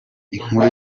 inkuru